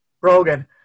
Rogan